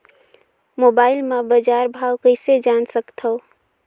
Mobile म बजार भाव कइसे जान सकथव?